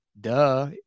duh